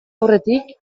aurretik